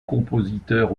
compositeur